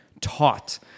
taught